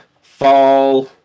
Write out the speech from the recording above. fall